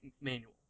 manual